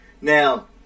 Now